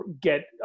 get